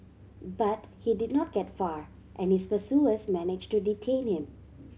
but he did not get far and his pursuers manage to detain him